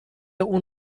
اون